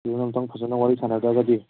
ꯑꯗꯨꯅ ꯑꯝꯇꯪ ꯐꯖꯅ ꯋꯥꯔꯤ ꯁꯥꯟꯅꯗ꯭ꯔꯒꯗꯤ